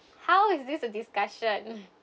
how is this a discussion